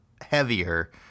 heavier